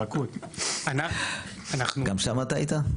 גם שם אתה היית?